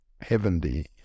heavenly